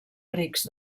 rics